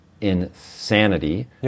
insanity